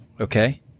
Okay